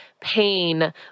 pain